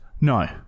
No